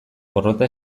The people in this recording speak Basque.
porrota